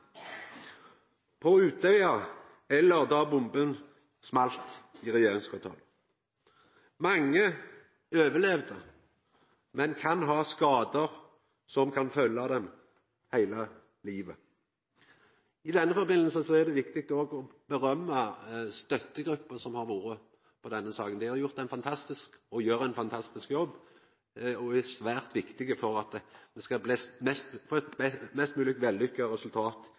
Utøya eller da bomba small i regjeringskvartalet. Mange overlevde, men kan ha skadar som kan følgja dei heile livet. I den forbindelse er det viktig å rosa støttegruppa i denne saka. Dei har gjort og gjer ein fantastisk jobb. Det er svært viktig for at det skal bli